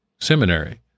Seminary